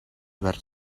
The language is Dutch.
werd